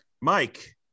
Mike